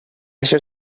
això